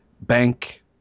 bank